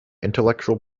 intellectual